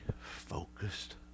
focused